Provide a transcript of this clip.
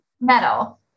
metal